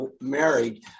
married